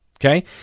Okay